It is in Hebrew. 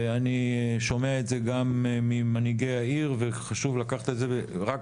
אני שומע את זה גם ממנהיגי העיר וחשוב לקחת את זה רק